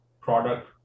product